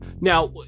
Now